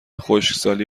خشکسالی